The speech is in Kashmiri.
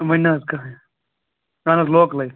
وٕنۍ نہٕ حظ کٕہۭنۍ اَہَن حظ لوکلٕے